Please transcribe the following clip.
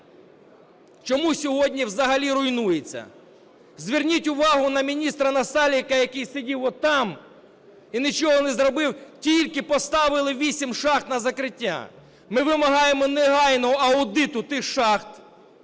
чому сьогодні взагалі руйнується? Зверніть увагу на міністра Насалика, який сидів отам і нічого не зробив, тільки поставили 8 шахт на закриття. Ми вимагаємо негайного аудиту тих шахт.